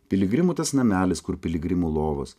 piligrimų tas namelis kur piligrimų lovos